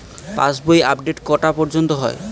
পাশ বই আপডেট কটা পর্যন্ত হয়?